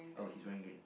oh he's wearing green